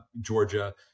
Georgia